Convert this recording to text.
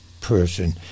person